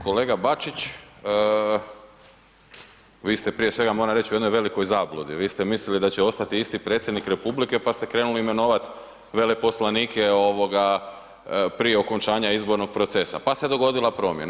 Kolega Bačić, vi ste prije svega moram reći u jednoj velikoj zabludi, vi ste mislili da će ostati isti predsjednik republike pa ste krenuli imenovat veleposlanike ovoga prije okončanja izbornog procesa, pa se dogodila promjena.